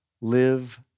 live